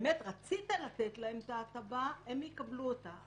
שרצית לתת להם את ההטבה, יקבלו אותה.